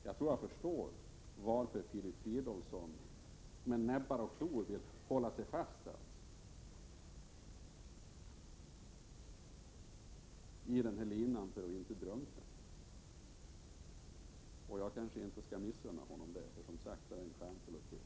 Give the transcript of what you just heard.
Jag tror jag förstår varför Filip Fridolfsson med näbbar och klor vill hålla sig fast i linan för att inte drunkna. Jag kanske inte skall missunna honom det. För han är som sagt en charmfull och trevlig person.